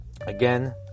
again